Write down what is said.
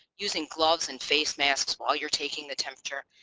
using gloves and face masks while you're taking the temperature,